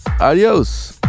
adios